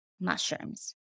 mushrooms